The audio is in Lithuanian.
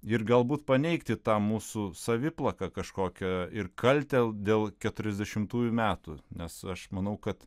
ir galbūt paneigti tą mūsų saviplaką kažkokią ir kaltę dėl keturiasdešimtųjų metų nes aš manau kad